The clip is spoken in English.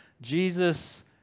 Jesus